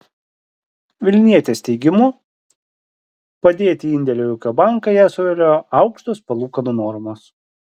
vilnietės teigimu padėti indėlį į ūkio banką ją suviliojo aukštos palūkanų normos